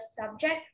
subject